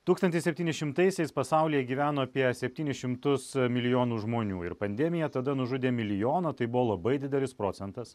tūkstantis septynišimtaisiais pasaulyje gyveno apie septynis šimtus milijonų žmonių ir pandemija tada nužudė milijoną tai buvo labai didelis procentas